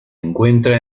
encuentra